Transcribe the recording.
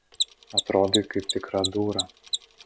atrodai kaip tikra dūra